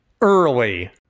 early